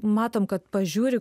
matom kad pažiūri